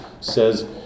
says